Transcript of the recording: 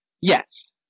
Yes